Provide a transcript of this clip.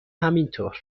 همینطور